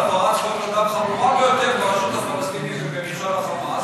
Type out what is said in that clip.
על הפרת זכויות אדם חמורה ביותר ברשות הפלסטינית ובממשל החמאס,